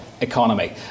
Economy